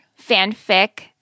fanfic